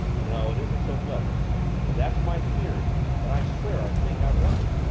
no, it isn't so pleasant but that's my theory and i swear i think i'm right.